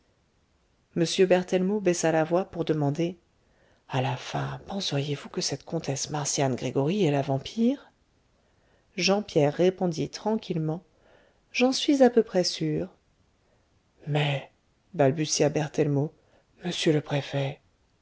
m berthellemot baissa la voix pour demander a la fin penseriez-vous que cette comtesse marcian gregoryi est la vampire jean pierre répondit tranquillement j'en suis à peu près sûr mais balbutia berthellemot m le préfet